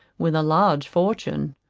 with a large fortune.